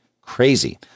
crazy